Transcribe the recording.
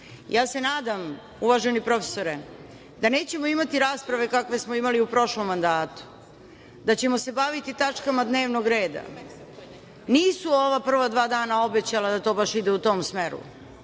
Nadam se, uvaženi profesore da nećemo imati rasprave kakve smo imali u prošlom mandatu, da ćemo se baviti tačkama dnevnog reda. Nisu ova prva dva dana obećala da to baš ide u tom smeri.